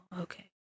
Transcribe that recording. okay